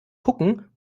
gucken